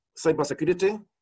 cybersecurity